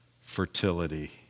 fertility